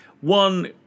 one